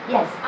Yes